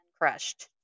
crushed